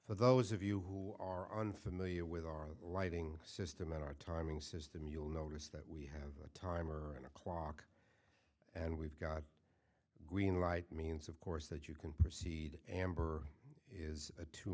for those of you who are unfamiliar with our lighting system and our timing system you'll notice that we have a timer and a clock and we've got green light means of course that you can proceed amber is a two